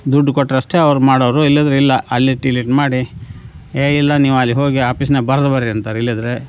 ದುಡ್ಡು ಕೊಟ್ಟರಷ್ಟೇ ಅವ್ರು ಮಾಡೋರು ಇಲ್ಲಾದರೆ ಇಲ್ಲ ಅಲ್ಲಿಟ್ಟು ಇಲ್ಲಿಟ್ಟು ಮಾಡಿ ಯೇ ಇಲ್ಲ ನೀವು ಅಲ್ಲಿ ಹೋಗಿ ಆಫೀಸ್ನಾಗ ಬರ್ದು ಬನ್ರಿ ಅಂತಾರೆ ಇಲ್ಲಾದರೆ